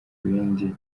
bindi